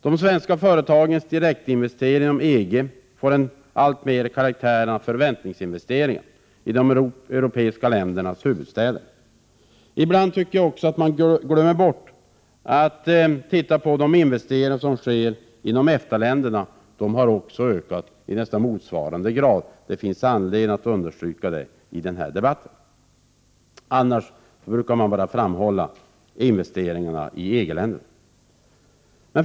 De svenska företagens direktinvesteringar inom EG får alltmer karaktären av förväntningsinvesteringar i de europeiska ländernas huvudstäder. Ibland tycker jag också att man glömmer bort att titta på de investeringar som sker inom EFTA-länderna. De har också ökat, i nästan motsvarande grad. Det finns anledning att understryka det i den här debatten. Annars brukar man bara framhålla investeringarna i EG-länderna.